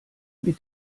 mit